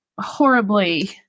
horribly